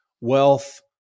Wealth